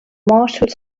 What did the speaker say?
marshall